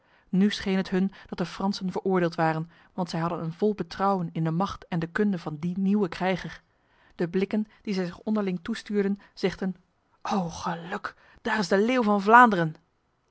nu scheen het hun dat de fransen veroordeeld waren want zij hadden een vol betrouwen in de macht en de kunde van die nieuwe krijger de blikken die zij zich onderling toestuurden zegden o geluk daar is de leeuw van vlaanderen